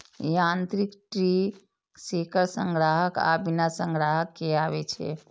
यांत्रिक tree shaker संग्राहक आ बिना संग्राहक के आबै छै